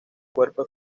cuerpo